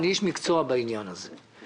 אני איש מקצוע בעניין הזה.